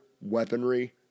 weaponry